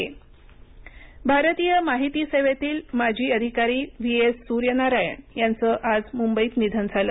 निधन भारतीय माहिती सेवेतील माजी अधिकारी व्ही एस सूर्यनारायण यांचं आज मुंबईत निधन झालं